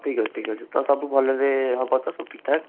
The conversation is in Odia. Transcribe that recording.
ଠିକ୍ ଅଛି ଠିକ୍ ଅଛି ତ ସବୁ ଭଲରେ ହେବ ତ ସବୁ ଠିକଠାକ୍